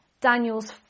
Daniel's